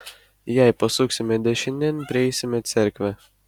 jei pasuksime dešinėn prieisime cerkvę